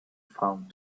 found